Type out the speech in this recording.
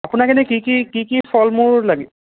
আপোনাক এনেই কি কি কি কি ফল মূল লাগে